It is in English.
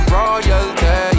royalty